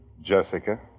Jessica